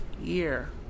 year